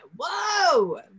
whoa